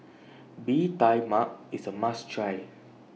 Bee Tai Mak IS A must Try